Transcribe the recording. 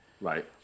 Right